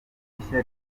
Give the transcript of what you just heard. rishya